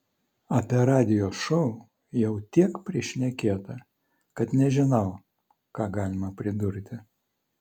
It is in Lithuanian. apie radijo šou jau tiek prišnekėta kad nežinau ką galima pridurti